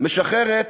משחררת